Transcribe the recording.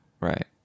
Right